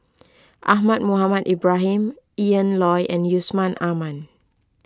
Ahmad Mohamed Ibrahim Ian Loy and Yusman Aman